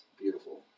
beautiful